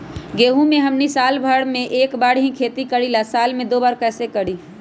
गेंहू के हमनी साल भर मे एक बार ही खेती करीला साल में दो बार कैसे करी?